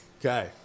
Okay